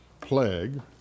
plague